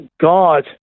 God